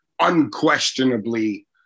unquestionably